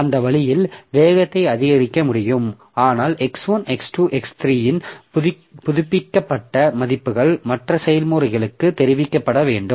அந்த வழியில் வேகத்தை அதிகரிக்க முடியும் ஆனால் x1 x2 x3 இன் புதுப்பிக்கப்பட்ட மதிப்புகள் மற்ற செயல்முறைகளுக்கும் தெரிவிக்கப்பட வேண்டும்